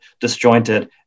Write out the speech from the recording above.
disjointed